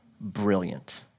Brilliant